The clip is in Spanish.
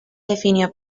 definió